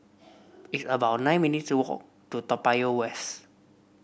it's about nine minutes' walk to Toa Payoh West